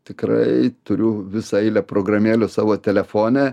tikrai turiu visą eilę programėlių savo telefone